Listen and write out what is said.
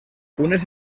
unes